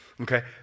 Okay